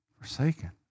Forsaken